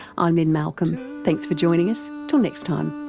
i'm lynne malcolm, thanks for joining us, till next time